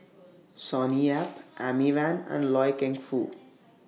Sonny Yap Amy Van and Loy Keng Foo